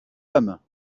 âmes